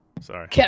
sorry